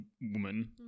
woman